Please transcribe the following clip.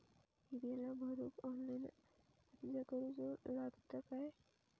ही बीला भरूक ऑनलाइन अर्ज करूचो लागत काय?